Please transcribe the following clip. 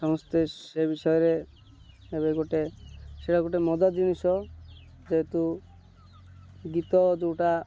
ସମସ୍ତେ ସେ ବିଷୟରେ ଏବେ ଗୋଟେ ସେଇଟା ଗୋଟେ ମଦ ଜିନିଷ ଯେହେତୁ ଗୀତ ଯେଉଁଟା